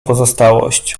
pozostałość